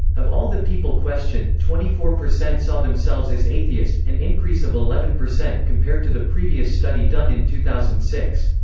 of all the people questioned, twenty four percent saw themselves as atheist, an increase of eleven percent compared to the previous study done in two thousand and six.